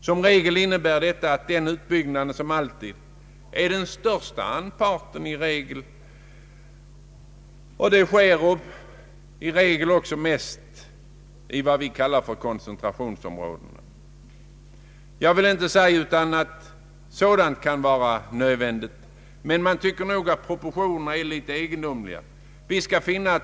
Som regel innebär detta att den sistnämnda utbyggnaden utgör den största anparten, och den sker för det mesta i vad vi kallar koncentrationsområden. Jag vill inte säga annat än att sådant kan vara nödvändigt, men jag tycker att proportionerna är egendomliga.